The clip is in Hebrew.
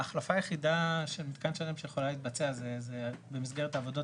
ההחלפה היחידה של מתקן שלם שיכולה להתבצע זה במסגרת העבודות